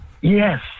Yes